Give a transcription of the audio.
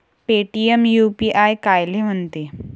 Paytm UPI कायले म्हनते?